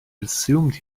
assumed